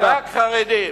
רק חרדים.